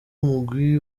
umugwi